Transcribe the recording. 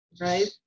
right